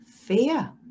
fear